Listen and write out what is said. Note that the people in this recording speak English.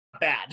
bad